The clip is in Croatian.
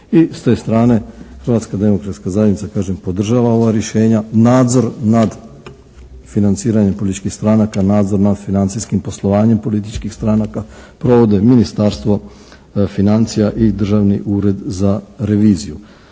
I s te strane Hrvatska demokratska zajednica, kažem, podržava ova rješenja, nadzor nad financiranjem političkih stranaka, nadzor nad financijskim poslovanje političkih stranaka, provode Ministarstvo financija i Državni ured za reviziju.